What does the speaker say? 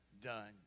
done